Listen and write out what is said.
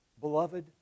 beloved